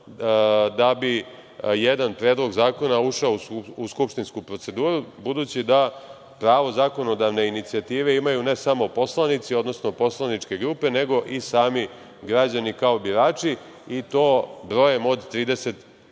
da bi jedan predlog zakona ušao u skupštinsku proceduru, budući da pravo zakonodavne inicijative imaju, ne samo poslanici, odnosno poslaničke grupe, nego i sami građani kao birači, i to brojem od